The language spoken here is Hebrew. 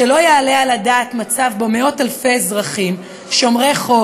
"שלא יעלה על הדעת מצב שבו מאות-אלפי אזרחים שומרי חוק,